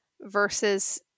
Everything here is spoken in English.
versus